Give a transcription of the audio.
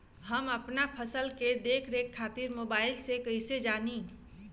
हम अपना फसल के देख रेख खातिर मोबाइल से कइसे जानी?